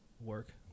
work